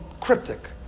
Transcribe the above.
cryptic